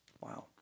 Wow